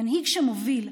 מנהיג שמוביל,